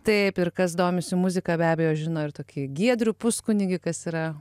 taip ir kas domisi muzika be abejo žino ir tokį giedrių puskunigį kas yra